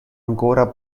ancora